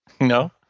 No